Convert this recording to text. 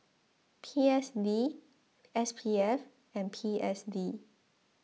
P S D S P F and P S D